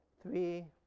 three